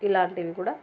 ఇలాంటివి కూడా